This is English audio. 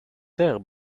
there